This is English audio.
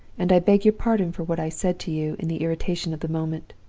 and i beg your pardon for what i said to you in the irritation of the moment.